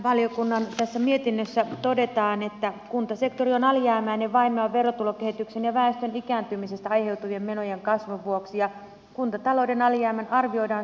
valtiovarainvaliokunnan mietinnössä todetaan että kuntasektori on alijäämäinen vaimean verotulokehityksen ja väestön ikääntymisestä aiheutuvien menojen kasvun vuoksi ja kuntatalouden alijäämän arvioidaan syvenevän